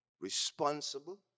responsible